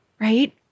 right